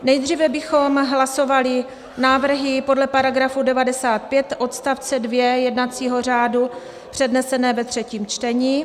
Nejdříve bychom hlasovali návrhy podle § 95 odst. 2 jednacího řádu, přednesené ve třetím čtení.